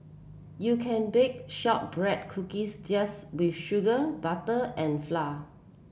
you can bake shortbread cookies just with sugar butter and flour